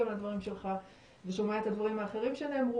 לדברים שלך ושומע את הדברים האחרים שנאמרו,